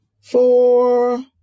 four